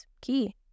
key